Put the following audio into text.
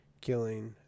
killing